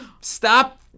stop